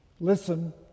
Listen